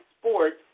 sports